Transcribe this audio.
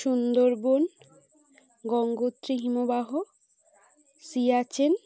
সুন্দরবন গঙ্গোত্রী হিমবাহ সিয়াচেন